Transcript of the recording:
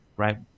right